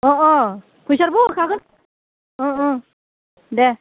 अ अ फैसाबो हरखागोन देह